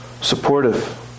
supportive